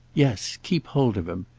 yes, keep hold of him.